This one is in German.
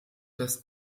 das